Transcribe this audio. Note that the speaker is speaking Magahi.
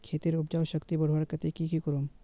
खेतेर उपजाऊ शक्ति बढ़वार केते की की करूम?